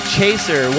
Chaser